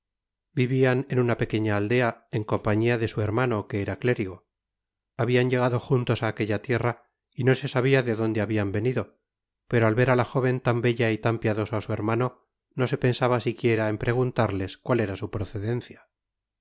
embriagaba viviaen una pequeña aldea en compañia de su hermano que era clérigo habian llegado juntos á aquella tierra y no se sabia de dónde habian venido pero al ver á la jóven tan bella y tan piadoso á su hermano no se pensaba siquiera en preguntarles cual era su procedencia